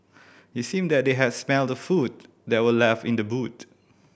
it seemed that they had smelt the food that were left in the boot